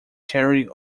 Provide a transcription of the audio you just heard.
cherry